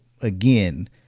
again